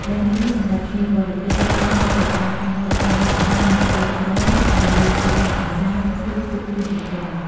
នៅទីនោះសម្រាប់ភ្ញៀវបរទេសភាគច្រើនចូលចិត្តការហែលទឹកលេងកម្សាន្ត និងស្ទួចត្រីនៅលើទូកអ្នកនេសាទ ឬទូកទេសចរណ៍។